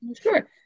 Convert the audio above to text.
Sure